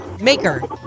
Maker